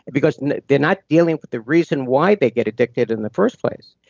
and because they're not dealing with the reason why they get addicted in the first place.